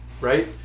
Right